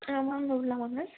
ஆ வாங்க உள்ளே வாங்க